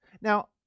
Now